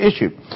issue